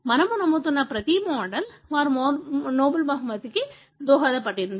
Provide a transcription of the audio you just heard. మనము నమ్ముతున్న ప్రతి మోడల్ వారు నోబెల్ బహుమతికి దోహదపడ్డారు